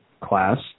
class